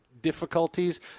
difficulties